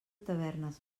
tavernes